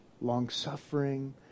long-suffering